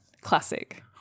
Classic